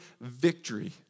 victory